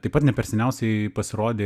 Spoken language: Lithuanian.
taip pat ne per seniausiai pasirodė